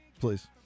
please